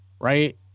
Right